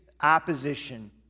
opposition